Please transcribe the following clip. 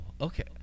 Okay